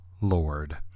Lord